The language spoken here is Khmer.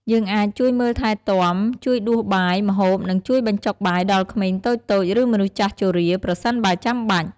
យើងអាចជួយមើលថែទាំ ជួយដួសបាយ ម្ហូប និងជួយបញ្ចុកបាយដល់ក្មេងតូចៗ ឬមនុស្សចាស់ជរា ប្រសិនបើចាំបាច់។